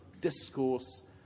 discourse